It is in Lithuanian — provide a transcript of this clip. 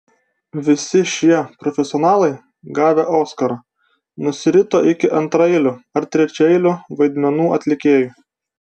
visi šie profesionalai gavę oskarą nusirito iki antraeilių ar trečiaeilių vaidmenų atlikėjų